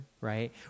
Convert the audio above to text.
right